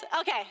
Okay